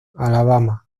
alabama